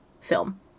film